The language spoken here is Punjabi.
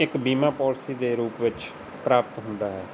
ਇੱਕ ਬੀਮਾ ਪੋਲਸੀ ਦੇ ਰੂਪ ਵਿੱਚ ਪ੍ਰਾਪਤ ਹੁੰਦਾ ਹੈ